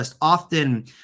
often